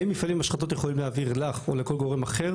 האם מפעלים ומשחטות יכולים להעביר לך או לכל גורם אחר